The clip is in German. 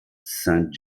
saint